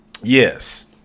Yes